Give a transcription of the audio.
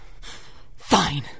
Fine